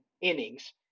innings